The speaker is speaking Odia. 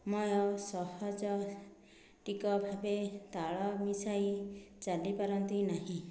ସମୟ ସହଜ ଟିକ ଭାବେ ତାଳ ମିଶାଇ ଚାଲିପାରନ୍ତି ନାହିଁ